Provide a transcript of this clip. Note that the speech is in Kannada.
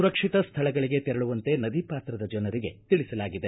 ಸುರಕ್ಷಿತ ಸ್ಥಳಗಳಿಗೆ ತೆರಳುವಂತೆ ನದಿ ಪಾತ್ರದ ಜನರಿಗೆ ತಿಳಿಸಲಾಗಿದೆ